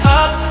up